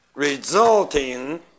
Resulting